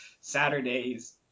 Saturdays